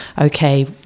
okay